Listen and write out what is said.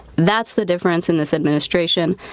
that's the difference in this administration,